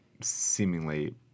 seemingly